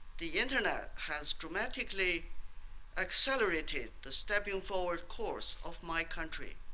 the internet has dramatically accelerated the stepping forward course of my country.